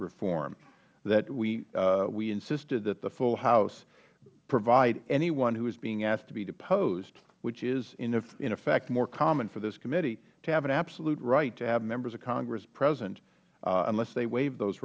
reform that we insisted that the full house provide anyone who is being asked to be deposed which is in effect more common for this committee to have an absolute right to have members of congress present unless they waive those